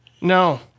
no